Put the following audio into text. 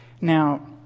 Now